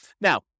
Now